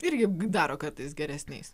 irgi daro kartais geresniais